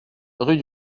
rue